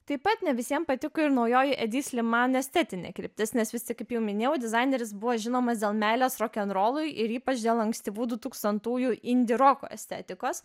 taip pat ne visiem patiko ir naujoji edi sliman estetinė kryptis nes vis tik kaip jau minėjau dizaineris buvo žinomas dėl meilės rokenrolui ir ypač dėl ankstyvų dutūkstantųjų indi roko estetikos